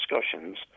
discussions